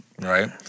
right